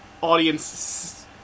Audience